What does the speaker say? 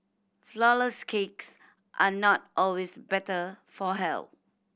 flourless cakes are not always better for health